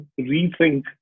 rethink